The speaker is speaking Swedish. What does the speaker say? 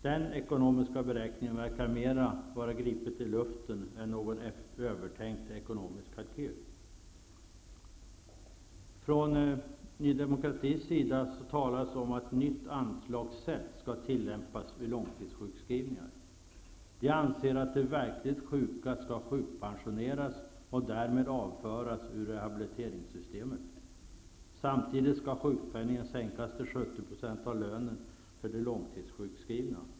Den ekonomiska beräkningen verkar mera vara gripen ur luften än utgöra någon övertänkt ekonomisk kalkyl. Från Ny demokratis sida talas om att ett nytt anslagssätt skall tillämpas vid långtidssjukskrivningar. Partiet anser att de verkligt sjuka skall sjukpensioneras och därmed avföras ur rehabiliteringssystemet. Samtidigt skall sjukpenningen sänkas till 70 % av lönen för de långtidssjukskrivna.